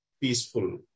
peaceful